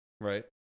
right